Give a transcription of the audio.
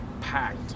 packed